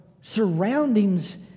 surroundings